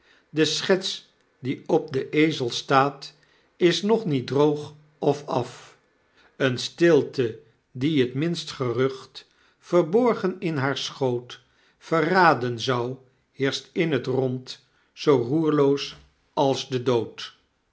de schets die op den ezel staat is nog niet droog of af een stilte die het minst gerucht verborgen in haar schoot verraden zou heerscht in het rond zoo roerloos als de dood